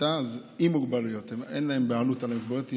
אז "עם מוגבלויות"; אין להם בעלות על המוגבלות.